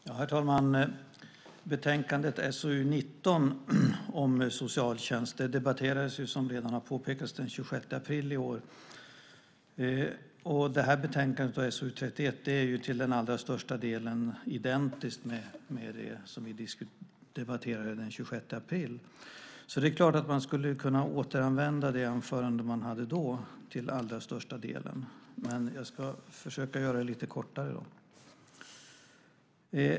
Herr talman! Betänkandet SoU19 om socialtjänst debatterades, som redan har påpekats, den 26 april i år. Och detta betänkande, SoU31, är till den allra största delen identiskt med det betänkande som vi debatterade den 26 april. Det är klart att jag till allra största del skulle kunna återanvända det anförande som jag höll då, men jag ska försöka göra det lite kortare.